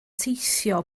teithio